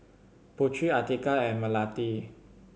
Putri Atiqah and Melati